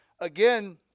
Again